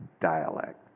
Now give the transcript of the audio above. dialect